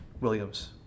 Williams